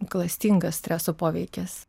klastingas streso poveikis